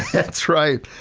that's right.